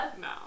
No